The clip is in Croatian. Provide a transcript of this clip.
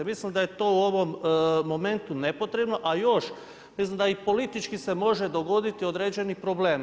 Mislim da je to u ovom momentu nepotrebno, a još, mislim da i politički se može dogoditi određeni problem.